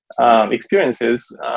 Experiences